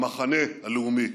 למחנה הלאומי.